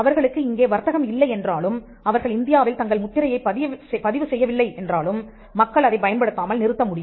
அவர்களுக்கு இங்கே வர்த்தகம் இல்லை என்றாலும் அவர்கள் இந்தியாவில் தங்கள் முத்திரையைப் பதிவு செய்யவில்லை என்றாலும் மக்கள் அதைப் பயன்படுத்தாமல் நிறுத்த முடியும்